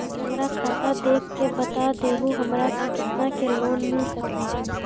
हमरा खाता देख के बता देहु हमरा के केतना के लोन मिल सकनी?